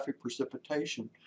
precipitation